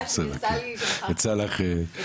יצא לי טוב,